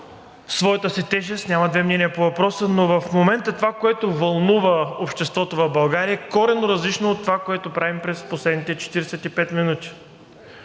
своята си тежест – няма две мнения по въпроса, но в момента това, което вълнува обществото в България, е коренно различно от това, което правим през последните 45 минути,